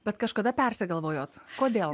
bet kažkada persigalvojot kodėl